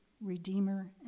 redeemer